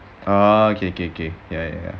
ah okay okay okay ya ya